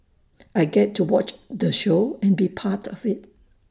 I get to watch the show and be part of IT